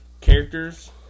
characters